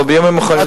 אבל בימים האחרונים,